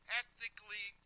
ethically